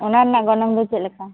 ᱚᱱᱟ ᱨᱮᱱᱟᱜ ᱜᱚᱱᱚᱝ ᱫᱚ ᱪᱮᱫᱞᱮᱠᱟ